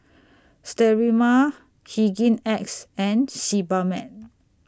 Sterimar Hygin X and Sebamed